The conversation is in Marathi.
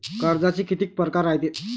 कर्जाचे कितीक परकार रायते?